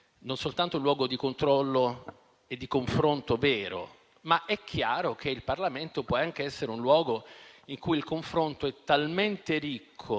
non soltanto di controllo e di confronto vero, ma chiaramente può anche essere un luogo in cui il confronto è talmente ricco